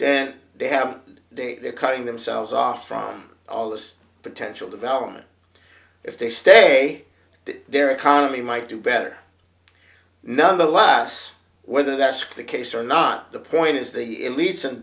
then they have they are cutting themselves off from all this potential development if they stay their economy might do better now the last whether that's the case or not the point is the elites